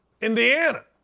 Indiana